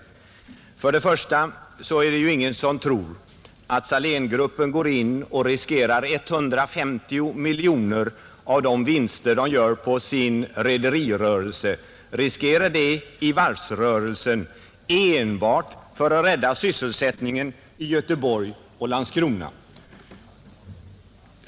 Till att börja med är det ingen som tror att Saléngruppen går in i varvsrörelsen och där riskerar 150 miljoner kronor av vinsterna från rederirörelsen enbart för att rädda sysselsättningen i Göteborg och Landskrona.